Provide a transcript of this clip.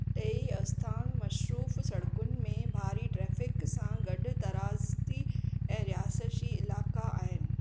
टेई आस्थानु मशरूफ़ु सड़कुनि में भारी ट्रैफ़िक सां गॾु तराज़ती ऐं रिहायशी इलाइक़ा आहिनि